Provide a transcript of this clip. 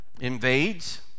invades